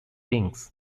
beings